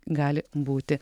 gali būti